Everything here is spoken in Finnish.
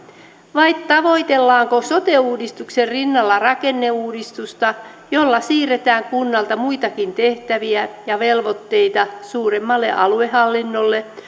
vai tavoitellaanko sote uudistuksen rinnalla rakenneuudistusta jolla siirretään kunnalta muitakin tehtäviä ja velvoitteita suuremmalle aluehallinnolle